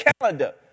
calendar